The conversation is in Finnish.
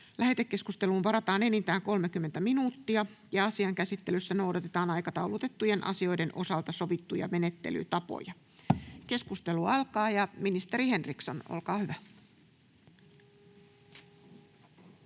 Lähetekeskusteluun varataan enintään 30 minuuttia. Asian käsittelyssä noudatetaan aikataulutettujen asioiden osalta sovittuja menettelytapoja. — Ministeri Henriksson, olkaa hyvä.